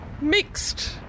Mixed